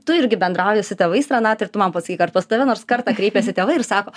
tu irgi bendrauji su tėvais renata ir tu man pasakyk ar pas tave nors kartą kreipėsi tėvai ir sako